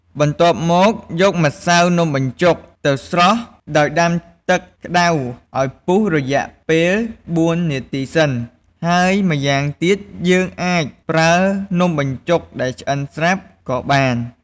បន្ទាប់មកយកម្សៅនំបញ្ចុក ទៅស្រុះដោយដាំទឹកក្តៅឱ្យពុះរយៈពេល៤នាទីសិន ហើយម្យ៉ាងទៀតយើងអាចប្រើនំបញ្ចុកដែលឆ្អិនស្រាប់ក៏បាន។